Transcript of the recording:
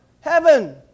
Heaven